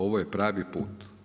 Ovo je pravi put.